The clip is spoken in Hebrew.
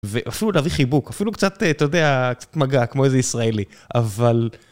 ואפילו להביא חיבוק, אפילו קצת, אתה יודע, קצת מגע, כמו איזה ישראלי, אבל...